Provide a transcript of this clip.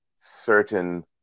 certain